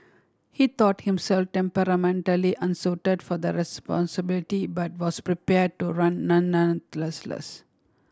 he thought himself temperamentally unsuited for the responsibility but was prepare to run nonetheless